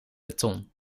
beton